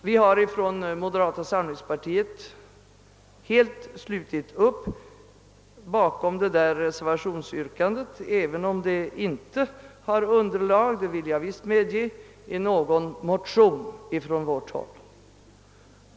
Vi har från moderata samlingspartiet helt slutit upp bakom detta reservationsyrkande, även om det inte har underlag — det vill jag medge — i någon motion från vårt håll.